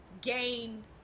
gain